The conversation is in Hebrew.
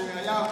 שהיה פה?